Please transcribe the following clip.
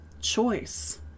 choice